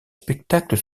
spectacles